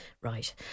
Right